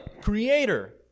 creator